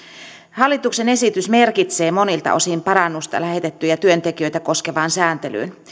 hallituksen esitys merkitsee monilta osin parannusta lähetettyjä työntekijöitä koskevaan sääntelyyn